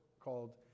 called